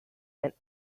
and